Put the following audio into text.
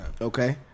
Okay